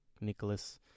Nicholas